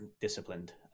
disciplined